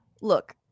look